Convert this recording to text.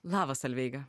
labas solveiga